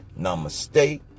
namaste